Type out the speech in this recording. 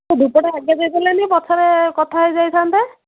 ଧୂପଟା ଆଗ ଦେଇ ଦେଲେନି ପଛରେ କଥା ହେଇ ଯାଇଥାନ୍ତେ